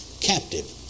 captive